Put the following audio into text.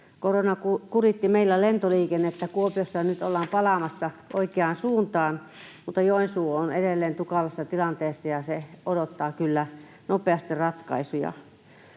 Korona kuritti meillä lentoliikennettä Kuopiossa, ja nyt ollaan palaamassa oikeaan suuntaan, mutta Joensuu on edelleen tukalassa tilanteessa, ja se odottaa kyllä nopeasti ratkaisuja.